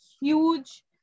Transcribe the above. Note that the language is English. huge